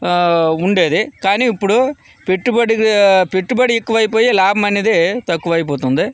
ఆ ఉండేది కానీ ఇప్పుడు పెట్టుబడి పెట్టుబడి ఎక్కువైపోయి లాభం అనేదే తక్కువ అయిపోతుంది